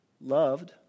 loved